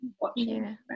watching